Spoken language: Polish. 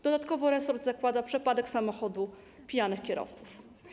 Dodatkowo resort zakłada przepadek samochodów pijanych kierowców.